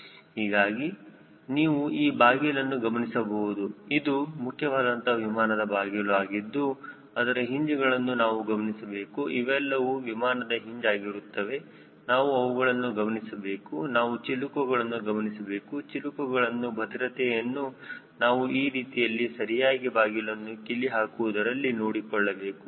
ಹೀಗಾಗಿ ನೀವು ಈ ಬಾಗಿಲನ್ನು ಗಮನಿಸಬಹುದು ಇದು ಮುಖ್ಯವಾದಂತಹ ವಿಮಾನದ ಬಾಗಿಲು ಆಗಿದ್ದು ಅದರ ಹಿಂಜ್ ಗಳನ್ನು ನಾವು ಗಮನಿಸಬೇಕು ಇವೆಲ್ಲವೂ ವಿಮಾನದ ಹಿಂಜ್ ಆಗಿರುತ್ತದೆ ನಾವು ಅವುಗಳನ್ನು ಗಮನಿಸಬೇಕು ನಾವು ಚಿಲುಕಗಳನ್ನು ಗಮನಿಸಬೇಕು ಚಿಲುಕಗಳನ್ನು ಭದ್ರತೆಯನ್ನು ನಾವು ಈ ರೀತಿಯಲ್ಲಿ ಸರಿಯಾಗಿ ಬಾಗಿಲನ್ನು ಕೀಲಿ ಹಾಕುವುದರಲ್ಲಿ ನೋಡಿಕೊಳ್ಳಬೇಕು